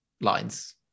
lines